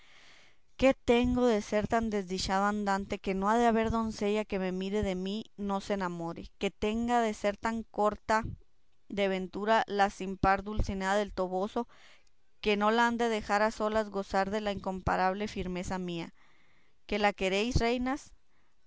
que tengo de ser tan desdichado andante que no ha de haber doncella que me mire que de mí no se enamore que tenga de ser tan corta de ventura la sin par dulcinea del toboso que no la han de dejar a solas gozar de la incomparable firmeza mía qué la queréis reinas